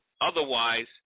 Otherwise